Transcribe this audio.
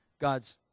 God's